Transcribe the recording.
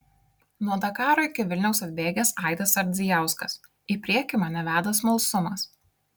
nuo dakaro iki vilniaus atbėgęs aidas ardzijauskas į priekį mane veda smalsumas